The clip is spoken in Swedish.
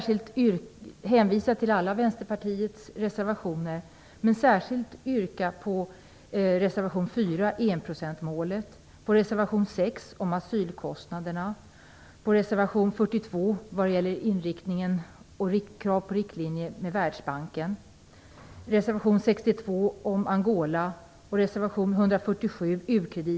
Jag hänvisar till Vänsterpartiets alla reservationer, men jag yrkar särskilt bifall till reservation 4 om enprocentsmålet, reservation 6 om asylkostnaderna, reservation 42 om inriktningen och krav på riktlinjer för Världsbanken, reservation 62 om Herr talman!